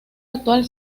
actual